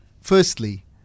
firstly